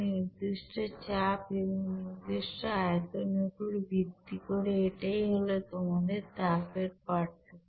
নির্দিষ্ট চাপ এবং নির্দিষ্ট আয়তন এর উপর ভিত্তি করে এটাই হলো তোমাদের তাপ এর পার্থক্য